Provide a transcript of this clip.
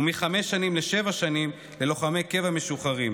ומחמש שנים לשבע שנים ללוחמי קבע משוחררים.